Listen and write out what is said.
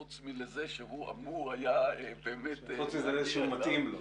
חוץ מאשר לזה שהוא אמור היה --- חוץ מאשר לזה שהוא מתאים לו.